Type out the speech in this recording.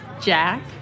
Jack